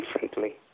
differently